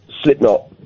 Slipknot